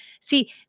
See